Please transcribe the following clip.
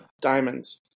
Diamonds